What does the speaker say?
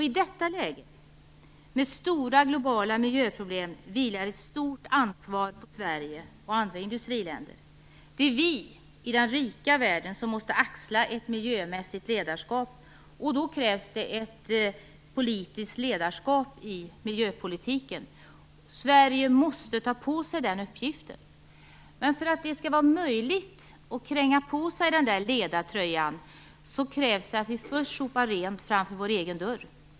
I detta läge, med stora globala miljöproblem, vilar ett stort ansvar på Sverige och andra industriländer. Det är vi i den rika världen som måste axla ett miljömässigt ledarskap, och då krävs det ett politiskt ledarskap i miljöpolitiken. Sverige måste ta på sig den uppgiften. Men för att det skall vara möjligt att kränga på sig en sådan ledartröja krävs det att vi först sopar rent framför vår egen dörr.